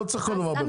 לא צריך כל דבר בחוק.